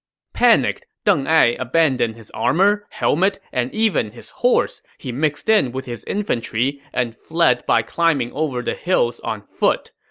panicked, deng ai abandoned his armor, helmet, and even his horse. he mixed in with his infantry and fled by climbing over the hills on foot.